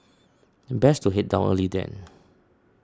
then best to head down early then